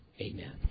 Amen